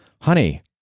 Honey